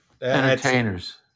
entertainers